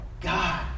God